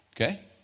Okay